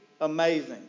amazing